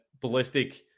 ballistic